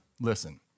listen